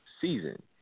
season